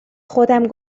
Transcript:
خودم